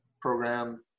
program